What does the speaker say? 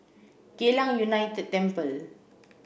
Geylang United Temple